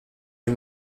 des